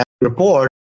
report